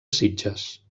sitges